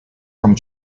from